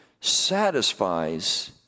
satisfies